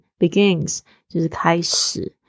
Begins,就是开始